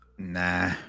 Nah